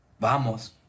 Vamos